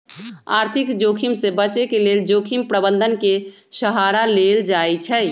आर्थिक जोखिम से बचे के लेल जोखिम प्रबंधन के सहारा लेल जाइ छइ